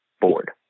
board